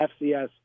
FCS